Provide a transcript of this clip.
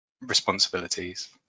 responsibilities